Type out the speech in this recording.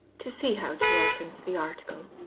to see how to reference the article,